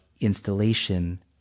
installation